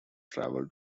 travel